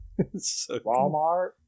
Walmart